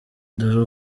dore